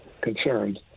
concerns